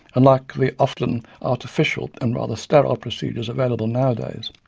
unlike the often artificial and rather sterile procedures available nowadays